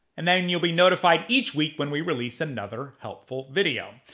and then you'll be notified each week when we release another helpful video.